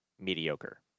mediocre